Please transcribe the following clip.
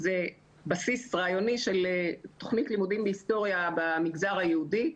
בסיס רעיוני של תכנית לימודים בהיסטוריה במגזר היהודי.